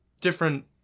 different